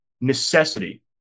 necessity